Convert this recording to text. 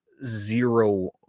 zero